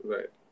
Right